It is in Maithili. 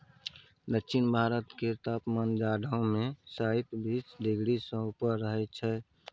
दक्षिण भारत केर तापमान जाढ़ो मे शाइत बीस डिग्री सँ ऊपर रहइ छै